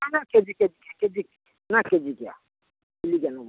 ନା ନା KG KG KG ନା କେଜିକିଆ କିଲିକିଆ ନେବୁ